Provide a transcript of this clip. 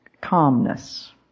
calmness